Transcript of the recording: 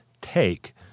take